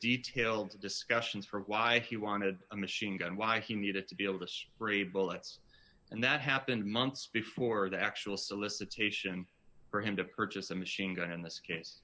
detailed discussions for why he wanted a machine gun why he needed to be able to spray bullets and that happened months before the actual solicitation for him to purchase a machine gun in this case